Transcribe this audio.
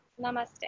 Namaste